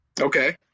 Okay